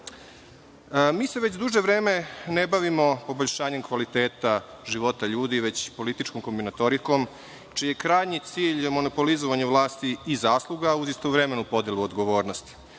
sredine? Već duže vreme se ne bavimo poboljšanjem kvaliteta života ljudi, već političkom kombinatorikom, čiji je krajnji cilj monopolizovanje vlasti i zasluga, uz istovremenu podelu odgovornosti.